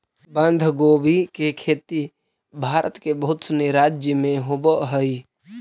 बंधगोभी के खेती भारत के बहुत सनी राज्य में होवऽ हइ